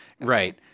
Right